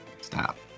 Stop